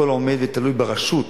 הכול עומד ותלוי ברשות.